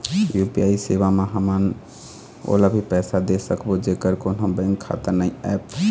UPI सेवा म हमन ओला भी पैसा दे सकबो जेकर कोन्हो बैंक खाता नई ऐप?